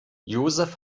josef